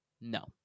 No